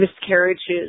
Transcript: miscarriages